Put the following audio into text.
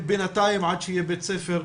ובינתיים עד שיהיה בית ספר,